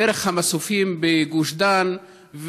דרך המסופים בגוש דן,